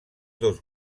dos